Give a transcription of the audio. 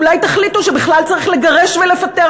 אולי תחליטו שבכלל צריך לגרש ולפטר